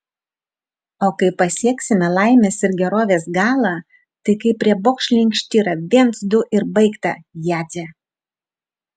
o kai pasieksime laimės ir gerovės galą tai kaip riebokšlį inkštirą viens du ir baigta jadze